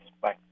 Bye